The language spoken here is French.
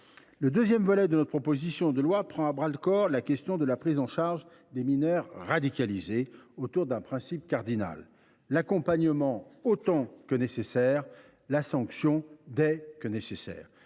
Le deuxième volet de notre proposition de loi prend à bras le corps la question de la prise en charge des mineurs radicalisés, selon un principe cardinal : l’accompagnement autant que nécessaire, la sanction dès que nécessaire.